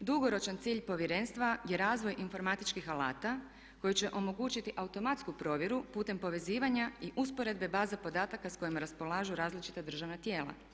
dugoročan cilj Povjerenstva je razvoj informatičkih alata koji će omogućiti automatsku provjeru putem povezivanja i usporedbe baze podataka s kojima raspolažu različita državna tijela.